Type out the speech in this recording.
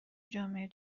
جامعه